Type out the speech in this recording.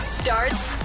starts